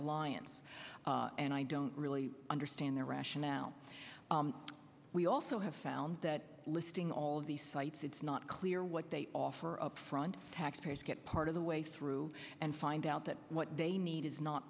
alliance and i don't really understand their rationale well we also have found that listing all of these sites it's not clear what they offer up front taxpayers get part of the way through and find out that what they need is not